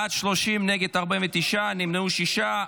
בעד, 30, נגד, 49, נמנעים, שישה.